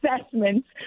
assessments